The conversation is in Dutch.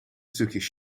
stukjes